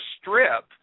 strip